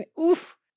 Oof